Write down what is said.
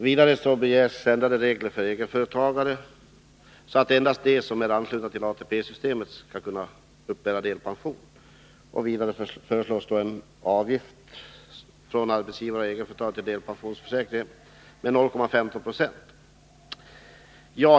Vidare begärs ändrade regler för egenföretagare, så att endast de som är anslutna till ATP-systemet skall kunna uppbära delpension. Slutligen föreslås att avgiften för arbetsgivare och egenföretagare till delpensidnsförsäkringen Höjs med 0,15 2.